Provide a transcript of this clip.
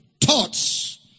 Thoughts